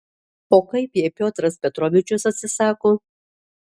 o kaip jei piotras petrovičius atsisako